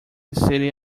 city